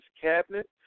cabinet